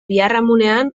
biharamunean